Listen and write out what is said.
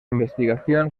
investigación